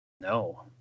No